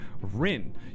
Rin